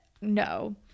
No